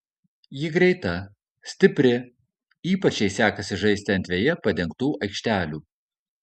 ji greita stipri ypač jai sekasi žaisti ant veja padengtų aikštelių